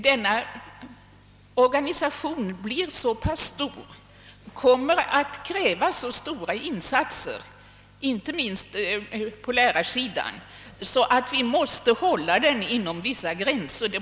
Denna organisation blir nämligen så omfattande och kommer att kräva så stora insatser, inte minst på lärarsidan, att vi måste hålla den inom vissa gränser.